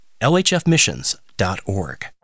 lhfmissions.org